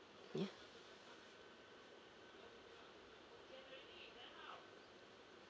ya